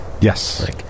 Yes